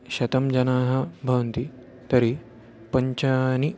शतं जनाः भवन्ति तर्हि पञ्चानि